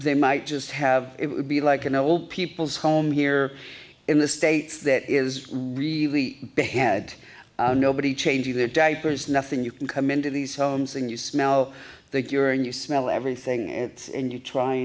they might just have it would be like an old people's home here in the states that is really behead nobody changing their diapers nothing you can come into these homes and you smell they cure and you smell everything and you try